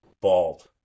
bald